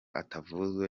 atavuwe